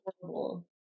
horrible